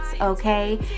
okay